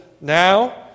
now